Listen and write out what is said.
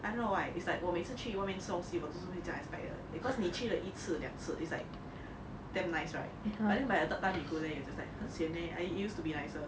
I don't know why is like 我每次去外面吃东西我就是会这样 expect 的 cause 你去了一次两次 is like damn nice right but then by the third time you go there you just like 很 sian eh I it used to be nicer